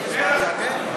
אפס מע"מ זה אתם?